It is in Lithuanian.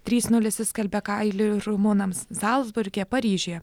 trys nulis išskalbė kailį rumunams zalcburge paryžiuje